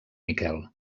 miquel